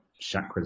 chakras